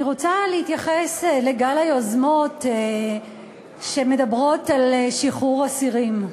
אני רוצה להתייחס לגל היוזמות שמדברות על שחרור אסירים,